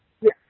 Yes